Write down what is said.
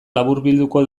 laburbilduko